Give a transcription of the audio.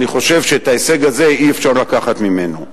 אני חושב שאת ההישג הזה אי-אפשר לקחת ממנו.